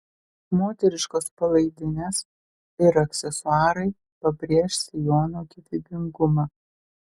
moteriškos palaidinės ir aksesuarai pabrėš sijono gyvybingumą